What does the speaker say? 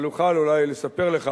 אבל אוכל אולי לספר לך